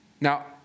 Now